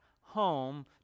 home